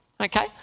Okay